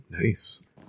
Nice